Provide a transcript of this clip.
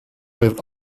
with